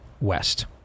West